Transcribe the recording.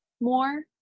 more